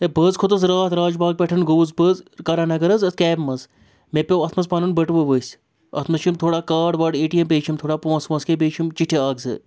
ہے بہٕ حظ کھوٚتُس راتھ راج باغ پٮ۪ٹھ گوٚوُس بہٕ حظ کرنگر حظ أتھۍ کیب منٛز مےٚ پیوٚو اَتھ منٛز پَنُن بٔٹوٕ ؤسۍ اَتھ منٛز چھِ یِم تھوڑا کاڈ واڈ اے ٹی ایم بیٚیہِ چھِ یِم تھوڑا پونٛسہٕ وونٛسہٕ کینٛہہ بیٚیہِ چھِ یِم چِٹھِ اَکھ زٕ